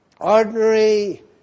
ordinary